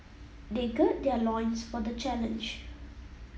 they gird their loins for the challenge